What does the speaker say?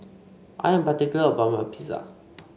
I am particular about my Pizza